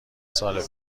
سال